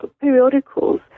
periodicals